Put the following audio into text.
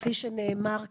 כפי שנאמר כאן,